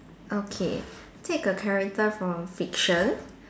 okay take a character from fiction